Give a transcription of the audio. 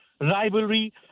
rivalry